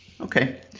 Okay